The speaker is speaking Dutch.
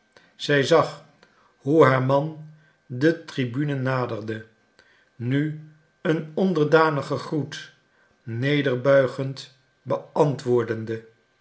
zij zag hoe haar man de tribune naderde nu een onderdanigen groet nederbuigend beantwoordende